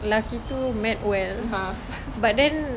lelaki tu meant well but then